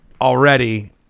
already